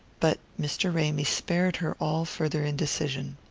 but mr. ramy spared her all farther indecision.